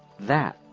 that,